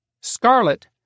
Scarlet